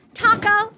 taco